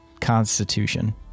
Constitution